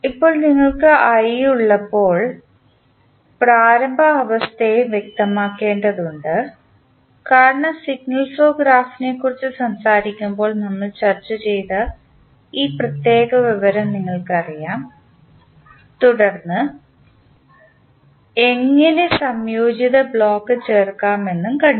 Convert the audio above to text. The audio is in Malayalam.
ഇപ്പോൾ നിങ്ങൾക്ക് i ഉള്ളപ്പോൾ പ്രാരംഭ അവസ്ഥയും വ്യക്തമാക്കേണ്ടതുണ്ട് കാരണം സിഗ്നൽ ഫ്ലോ ഗ്രാഫിനെക്കുറിച്ച് സംസാരിക്കുമ്പോൾ നമ്മൾ ചർച്ച ചെയ്ത ഈ പ്രത്യേക വിവരം നിങ്ങൾക്കറിയാം തുടർന്ന് എങ്ങനെ സംയോജിത ബ്ലോക്ക് ചേർക്കാം എന്നും കണ്ടു